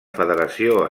federació